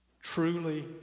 truly